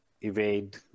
Evade